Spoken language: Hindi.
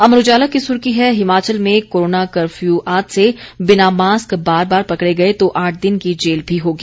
अमर उजाला की सुर्खी है हिमाचल में कोरोना कफर्यू आज से बिना मास्क बार बार पकड़े गए तो आठ दिन की जेल भी होगी